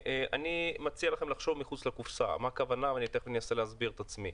אני מציע לכם לחשוב מחוץ לקופסא ואסביר את עצמי.